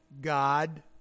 God